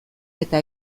eta